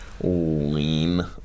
lean